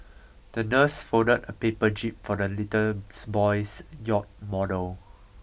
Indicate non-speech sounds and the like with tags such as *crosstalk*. the nurse folded a paper jib for the little *unintelligible* boy's yacht model